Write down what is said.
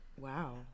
Wow